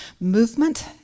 movement